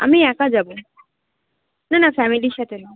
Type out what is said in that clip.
আমি একা যাবো না না ফ্যামিলির সাথে না